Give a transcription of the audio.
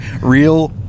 Real